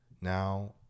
Now